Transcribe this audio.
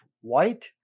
White